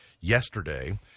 yesterday